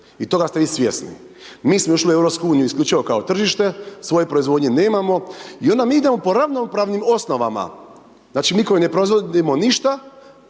i toga ste vi svjesni. Mi smo ušli u EU, isključivo kao tržište, svoju proizvodnju nemamo i onda mi idemo po ravnopravnim osnovama, znači mi koji ne proizvodimo ništa